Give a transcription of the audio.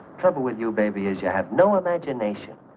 trouble with your baby is you have no imagination.